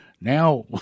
now